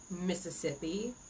Mississippi